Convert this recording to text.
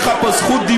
למה לא לשאול אותו,